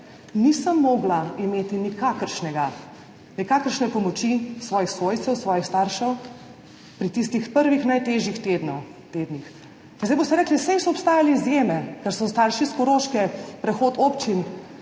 nisem mogla imeti nikakršne pomoči svojih svojcev, svojih staršev v tistih prvih najtežjih tednih. In zdaj boste rekli, saj so obstajale izjeme, ker so starši s Koroške, prehod občin